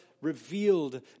revealed